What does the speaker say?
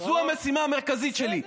זו המשימה המרכזית שלי.